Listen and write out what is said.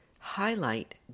Highlight